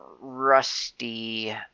rusty